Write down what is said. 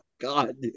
God